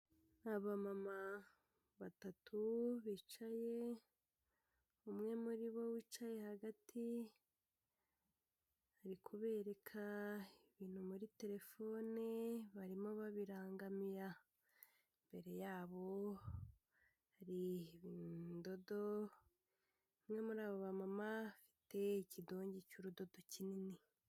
Abamama batatu bicaye umwe muri bo wicaye hagati ari kubereka ibintu muri terefone barimo babirangamira, imbere yabo hari indodo, umwe muri abo bamama afite ikidongi cy'urudodo kinini.